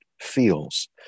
feels